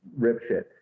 ripshit